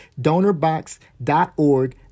donorbox.org